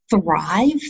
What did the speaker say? thrive